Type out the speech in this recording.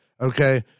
okay